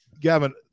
Gavin